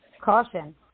Caution